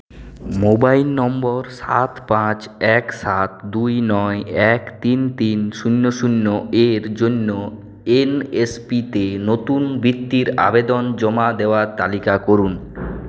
mobile number সাত পাঁচ এক সাত দুই নয় এক তিন তিন শূন্য শূন্য এর জন্য এনএসপিতে নতুন বৃত্তির আবেদন জমা দেওয়ার তালিকা করুন